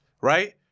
right